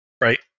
right